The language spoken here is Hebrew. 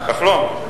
כחלון.